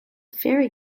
faerie